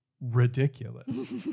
ridiculous